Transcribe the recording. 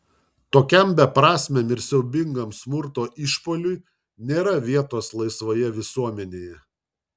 tokiam beprasmiam ir siaubingam smurto išpuoliui nėra vietos laisvoje visuomenėje